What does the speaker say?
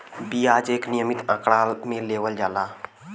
बियाज एक नियमित आंकड़ा मे लेवल जाला